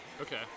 Okay